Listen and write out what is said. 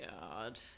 god